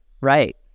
Right